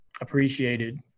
appreciated